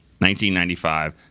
1995